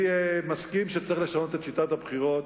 מסכים שצריך לשנות את שיטת הבחירות,